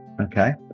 Okay